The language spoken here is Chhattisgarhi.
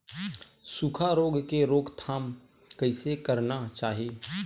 सुखा रोग के रोकथाम कइसे करना चाही?